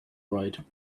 right